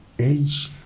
age